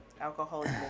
alcoholic